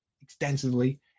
extensively